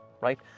Right